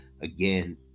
again